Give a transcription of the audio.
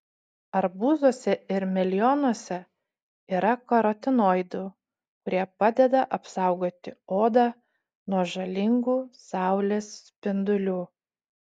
arbūzuose ir melionuose yra karotinoidų kurie padeda apsaugoti odą nuo žalingų saulės spindulių